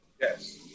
Yes